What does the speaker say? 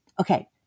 okay